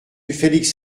felix